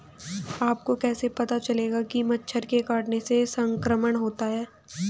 आपको कैसे पता चलेगा कि मच्छर के काटने से संक्रमण होता है?